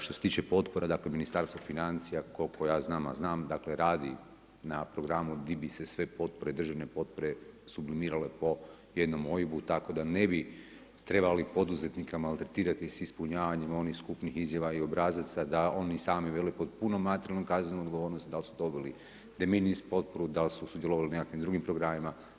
Što se tiče potpora, dakle Ministarstvo financija koliko ja znam, a znam dakle radi na programu di bi se sve potpore, državne potpore sublimirale po jednom OIB-u tako da ne bi trebali poduzetnika maltretirati sa ispunjavanjem onih skupnih izjava i obrazaca da oni sami vele pod punom materijalnom, kaznenom odgovornosti da li su dobili de minimis potporu, da li su sudjelovali u nekakvim drugim programima.